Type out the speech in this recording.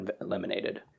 eliminated